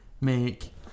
make